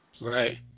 Right